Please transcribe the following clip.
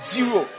Zero